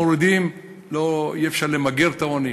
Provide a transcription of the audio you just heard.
מורידים, אי-אפשר למגר את העוני,